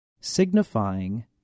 signifying